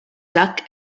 duck